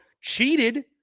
cheated